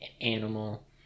animal